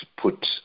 put